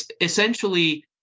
essentially